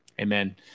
Amen